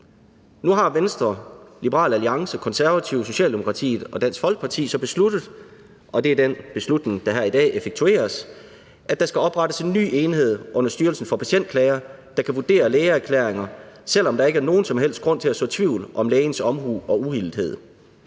Nu har Venstre, Liberal Alliance, Konservative, Socialdemokratiet og Dansk Folkeparti så besluttet – og det er den beslutning, der effektueres her i dag – at der skal oprettes en ny enhed under Styrelsen for Patientklager, der kan vurdere lægeerklæringer, selv om der ikke er nogen som helst grund til at så tvivl om lægens omhu og uhildethed.